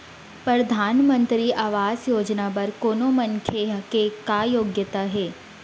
परधानमंतरी आवास योजना बर कोनो मनखे के का योग्यता हे?